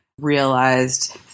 realized